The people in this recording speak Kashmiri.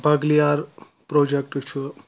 بَغلِیَار پرٛوجَکٹ چھُ